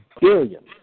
billion